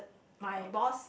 my boss